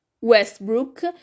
Westbrook